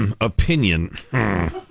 opinion